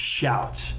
shouts